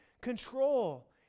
control